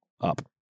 up